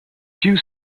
due